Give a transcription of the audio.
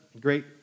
Great